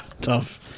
tough